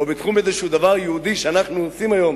או בתחום איזה דבר יהודי שאנחנו עושים היום,